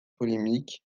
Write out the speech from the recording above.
polémiques